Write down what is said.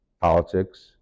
politics